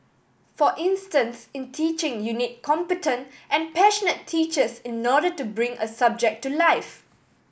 for instance in teaching you need competent and passionate teachers in order to bring a subject to life